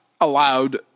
allowed